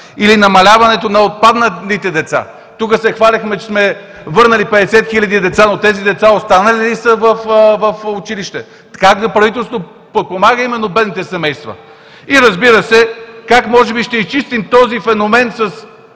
Или намаляването на отпадналите деца? Тук се хвалихме, че сме върнали 50 хиляди деца, но тези деца останали ли са в училище? Как правителството подпомага именно бедните семейства? И, разбира се, как може би ще изчистим този феномен с